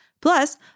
Plus